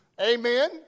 Amen